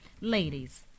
Ladies